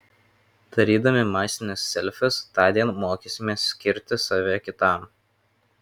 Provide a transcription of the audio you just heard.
darydami masinius selfius tądien mokysimės skirti save kitam